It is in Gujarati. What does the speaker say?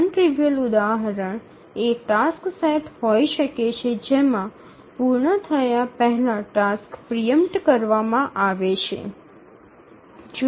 નોન ટ્રીવીઅલ ઉદાહરણ એ ટાસ્ક સેટ હોઈ શકે છે જેમાં પૂર્ણ થયા પહેલાં ટાસ્ક પ્રિ ઈમ્પટ કરવામાં આવે છે